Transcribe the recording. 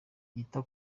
yita